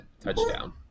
touchdown